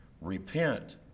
Repent